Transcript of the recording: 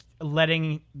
letting